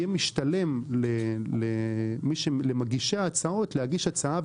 יהיה משתלם למגישי ההצעות להגיש הצעה.